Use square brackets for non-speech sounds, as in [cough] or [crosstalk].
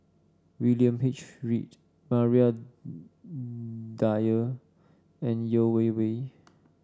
William H Read Maria [unintelligible] Dyer and Yeo Wei Wei